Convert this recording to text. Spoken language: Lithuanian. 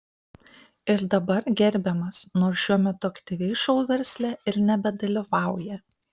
ir dabar gerbiamas nors šiuo metu aktyviai šou versle ir nebedalyvauja